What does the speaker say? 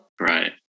Right